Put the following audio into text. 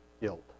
guilt